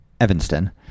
Evanston